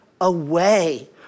away